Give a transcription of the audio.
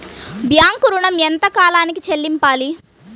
Bank ఋణం ఎంత కాలానికి చెల్లింపాలి?